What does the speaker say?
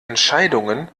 entscheidungen